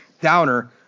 downer